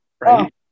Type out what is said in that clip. right